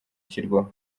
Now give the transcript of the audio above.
ishyirwaho